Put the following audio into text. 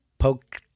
Poke